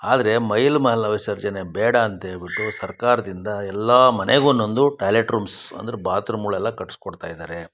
ಆದರೆ ಬೈಲ್ ಮಲ ವಿಸರ್ಜನೆ ಬೇಡ ಅಂತೇಳಿಬಿಟ್ಟು ಸರ್ಕಾರದಿಂದ ಎಲ್ಲ ಮನೆಗೆ ಒಂದೊಂದು ಟಾಯ್ಲೆಟ್ ರೂಮ್ಸ್ ಅಂದ್ರೆ ಬಾತ್ರೂಮ್ಗಳೆಲ್ಲ ಕಟ್ಸಿಕೊಡ್ತಾ ಇದ್ದಾರೆ